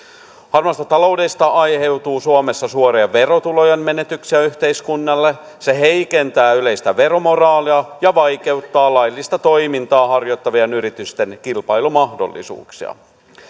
harmaasta taloudesta aiheutuu suomessa suoria verotulojen menetyksiä yhteiskunnalle se heikentää yleistä veromoraalia ja vaikeuttaa laillista toimintaa harjoittavien yritysten kilpailumahdollisuuksia